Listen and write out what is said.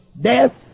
Death